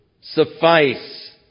suffice